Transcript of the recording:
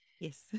Yes